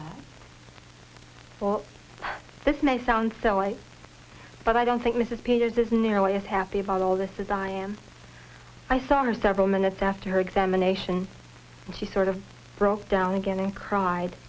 all this may sound so i but i don't think mrs peters is nearly as happy about all this as i am i saw her several minutes after her examination and she sort of broke down again and cried